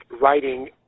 writing